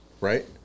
right